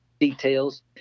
details